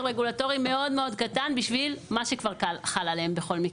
רגולטורי מאוד מאוד קטן בשביל מה שכבר חל עליהם בכל מקרה.